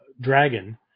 dragon